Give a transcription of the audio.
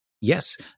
Yes